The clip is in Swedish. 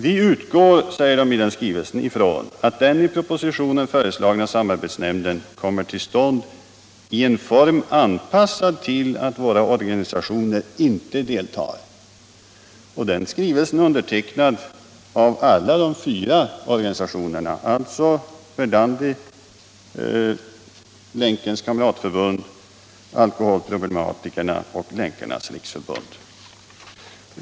Vi utgår ifrån, framhöll de i skrivelsen, att den i propositionen föreslagna samarbetsnämnden kommer till stånd i en form anpassad till att våra organisationer inte deltar. Skrivelsen är undertecknad av alla fyra organisationerna, alltså Verdandi, Länkens kamratförbund, Alkoholproblematikerna och Länkarnas riksförbund.